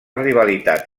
rivalitat